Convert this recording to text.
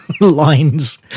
lines